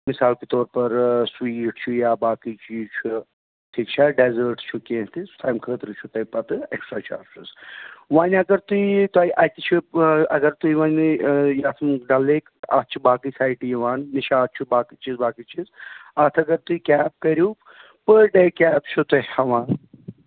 مِثال کہِ طور پَر آ سُے گیٹ چھُ یا باقٕے چیٖز چھُ ٹھیٖک چھا ڈیزٲرٹ چھُ کیٚنٛہہ تہِ تَمہِ خٲطرٕ چھُو تۄہہِ پَتہٕ اٮ۪کٔسٹرا چارجِز وۅنۍ اَگر تُہۍ تۄہہِ اَتہِ چھُ اَگر تُہۍ وۄنۍ یتھ منٛز ڈَل لیک اَتھ چھُ باقٕے سایٹہٕ یِوان نِشاط چھُ باقٕے چیٖز باقٕے چیٖز اَتھ اَگر تُہۍ کیٛاہ کٔریو پٔر ڈیٚے کیب چھَو تۄہہِ حَوالہٕ